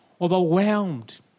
overwhelmed